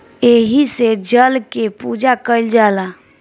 एही से जल के पूजा कईल जाला